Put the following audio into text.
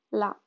la